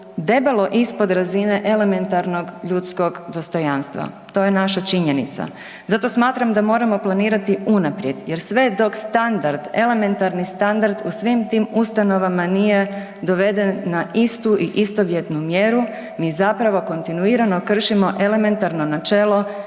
debelo ispod razine elementarnog ljudskog dostojanstva, to je naša činjenica. Zato smatram da moramo planirati unaprijed jer sve dok standard, elementarni standard u svim tim ustanovama nije doveden na istu i istovjetnu mjeru, mi zapravo kontinuirano kršimo elementarno načelo